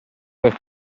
per